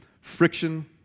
Friction